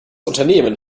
unternehmen